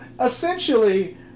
essentially